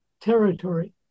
territory